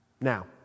Now